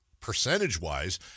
percentage-wise